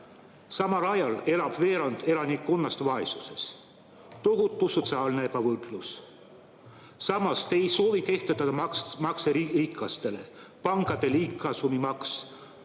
samal ajal elab veerand elanikkonnast vaesuses – tohutu sotsiaalne ebavõrdsus. Samas, te ei soovi kehtestada makse rikastele: pankade liigkasumi maks,